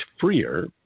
freer